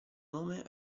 nome